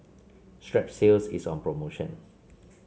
Strepsils is on promotion